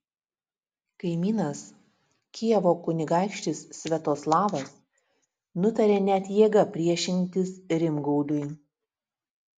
kaimynas kijevo kunigaikštis sviatoslavas nutarė net jėga priešintis rimgaudui